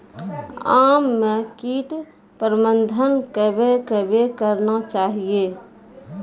आम मे कीट प्रबंधन कबे कबे करना चाहिए?